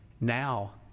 now